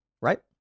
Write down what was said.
right